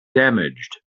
damaged